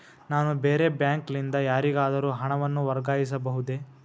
ನಾನು ಬೇರೆ ಬ್ಯಾಂಕ್ ಲಿಂದ ಯಾರಿಗಾದರೂ ಹಣವನ್ನು ವರ್ಗಾಯಿಸಬಹುದೇ?